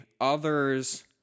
others